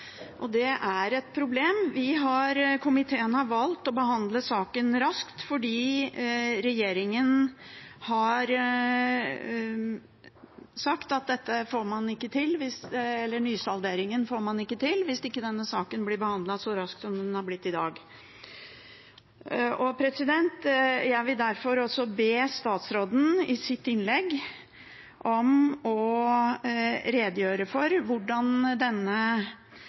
og det er et problem. Komiteen har valgt å behandle saken raskt, fordi regjeringen har sagt at nysalderingen får man ikke til hvis ikke denne saken blir behandlet så raskt som den blir i dag. Jeg vil derfor be statsråden om at han i sitt innlegg redegjør for hvordan denne